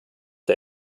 der